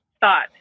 thought